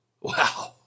Wow